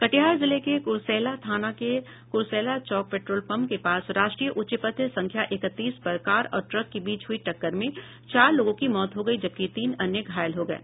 कटिहार जिले के क्रसैला थाना के कुरसैला चौक पेट्रोल पंप के पास राष्ट्रीय उच्च पथ संख्या इकतीस पर कार और ट्रक के बीच हुयी टक्कर में चार लोगों की मौत हो गयी जबकि तीन अन्य घायल हो गये